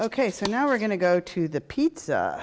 ok so now we're going to go to the pizza